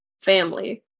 family